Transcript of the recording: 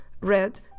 red